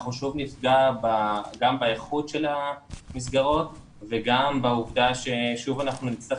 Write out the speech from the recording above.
אנחנו שוב נפגע גם באיכות של המסגרות וגם בעובדה ששוב אנחנו נצטרך